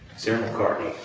sarah mccartney